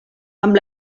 amb